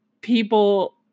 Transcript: people